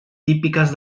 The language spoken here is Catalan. típiques